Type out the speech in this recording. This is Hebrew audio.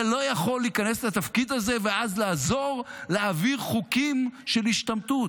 אתה לא יכול להיכנס לתפקיד הזה ואז לעזור להעביר חוקים של השתמטות,